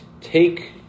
take